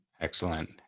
Excellent